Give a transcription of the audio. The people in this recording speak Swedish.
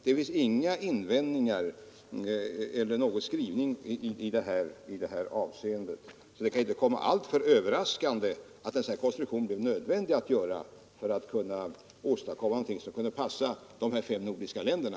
Det finns ingen skrivning i det avseendet, så det kan inte komma alltför överraskande att en sådan här konstruktion blev nödvändig att göra för att man skulle kunna åstadkomma någonting som kunde passa de fem nordiska länderna.